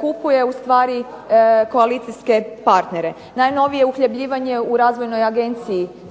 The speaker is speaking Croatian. kupuje ustvari koalicijske partnere. Najnovije uhljebljivanje u Razvojnoj agenciji